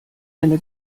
eine